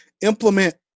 implement